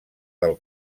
del